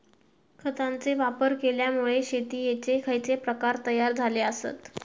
खतांचे वापर केल्यामुळे शेतीयेचे खैचे प्रकार तयार झाले आसत?